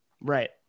Right